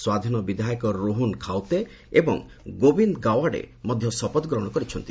ସ୍ୱାଧୀନ ବିଧାୟକ ରୋହନ ଖାଉତେ ଏବଂ ଗୋବିନ୍ଦ ଗାୱାଡେ ମଧ୍ୟ ଶପଥ ଗ୍ରହଣ କରିଛନ୍ତି